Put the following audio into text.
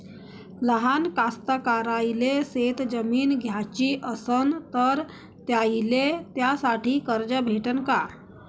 लहान कास्तकाराइले शेतजमीन घ्याची असन तर त्याईले त्यासाठी कर्ज भेटते का?